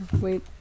Wait